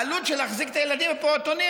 העלות של להחזיק את הילדים בפעוטונים